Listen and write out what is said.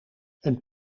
een